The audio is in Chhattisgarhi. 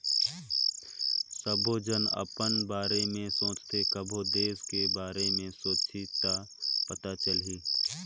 सबो झन हर अपन बारे में सोचथें कभों देस के बारे मे सोंचहि त पता चलही